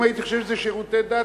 אם הייתי חושב שזה שירותי דת,